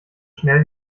schnell